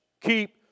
Keep